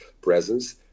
presence